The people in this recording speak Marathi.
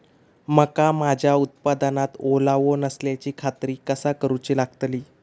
मका माझ्या उत्पादनात ओलावो नसल्याची खात्री कसा करुची लागतली?